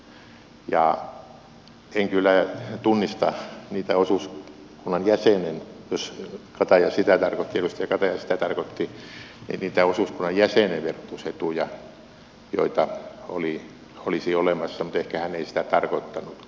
ja en kyllä tunnista niitä osuuskunnan jäsenen jos edustaja kataja sitä tarkoitti verotusetuja joita olisi olemassa mutta ehkä hän ei sitä tarkoittanutkaan